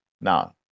Now